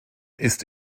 ist